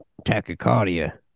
tachycardia